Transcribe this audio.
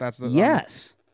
Yes